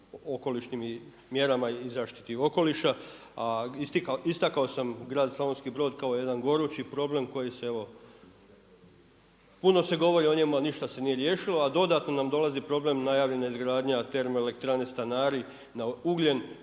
mjerama i zaštiti okoliša. A istakao sam grad Slavonski Brod kao jedan gorući problem koji se evo, puno se govori o njemu, a ništa se nije riješilo, a dodatno nam dolazi problem, najavljena je izgradnja termoelektrane Stanari na ugljen